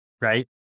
right